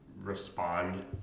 respond